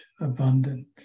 abundant